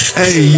hey